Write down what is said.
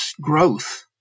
growth